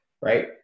right